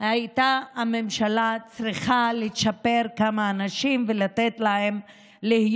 הייתה צריכה לצ'פר כמה אנשים ולתת להם להיות